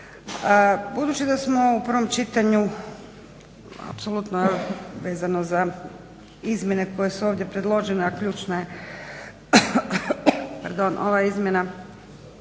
Budući da smo u prvom čitanju apsolutno vezano za izmjene koje su ovdje predložene, a ključna je ova izmjena